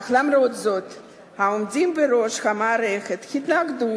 אך למרות זאת העומדים בראש המערכת התנגדו